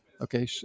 Okay